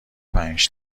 پنج